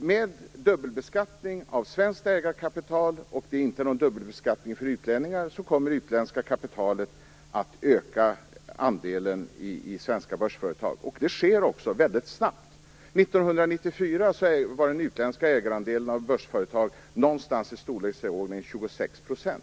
med dubbelbeskattning av svenskt ägarkapital och ingen dubbelbeskattning för utlänningar kommer det utländska kapitalet att öka sin andel i svenska börsföretag. Det sker också väldigt snabbt. 1994 var den utländska ägarandelen av börsföretag i storleksordningen 26 %.